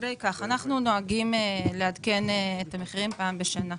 אנחנו נוהגים לעדכן את המחירים פעם בשנה.